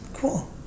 Cool